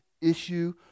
issue